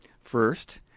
First